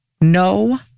no